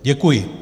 Děkuji.